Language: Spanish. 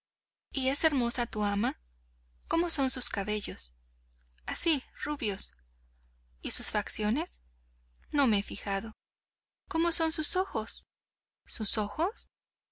y es hermosa tu ama cómo son sus cabellos así rubios y sus facciones no me he fijado cómo son sus ojos sus ojos